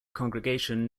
congregation